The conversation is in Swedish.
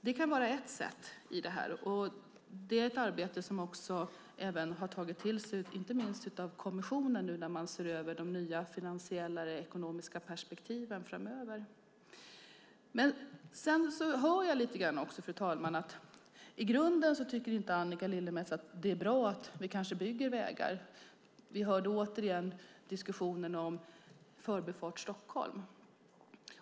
Det kan vara ett sätt i det här, och det är ett arbete där man även har tagit till sig inte minst av kommissionen nu när man ser över de nya finansiella ekonomiska perspektiven framöver. Men sedan hör jag lite grann, fru talman, att Annika Lillemets i grunden inte tycker att det är bra att vi kanske bygger vägar. Vi hörde återigen diskussionen om Förbifart Stockholm.